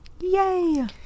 Yay